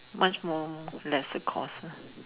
much more lesser cost lah